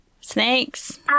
snakes